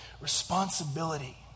responsibility